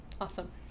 Awesome